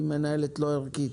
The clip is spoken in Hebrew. היא מנהלת לא ערכית.